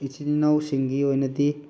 ꯏꯆꯤꯜ ꯏꯅꯥꯎꯁꯤꯡꯒꯤ ꯑꯣꯏꯅꯗꯤ